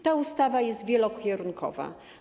Ta ustawa jest wielokierunkowa.